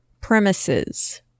premises